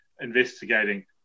investigating